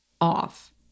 off